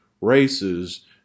races